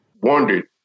wondered